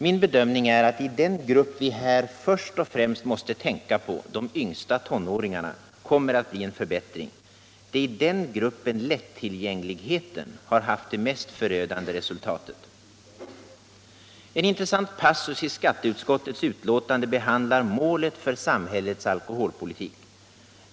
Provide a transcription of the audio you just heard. Min bedömning är att det i den grupp vi här först och främst måste tänka på — de yngsta tonåringarna —- kommer att bli en förbättring. Det är i den gruppen lättillgängligheten haft det mest förödande resultatet. En intressant passus i skatteutskottets betänkande behandlar målet för samhällets alkoholpolitik.